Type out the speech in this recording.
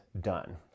done